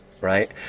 right